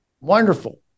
Wonderful